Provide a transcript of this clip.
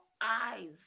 eyes